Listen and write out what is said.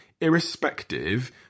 irrespective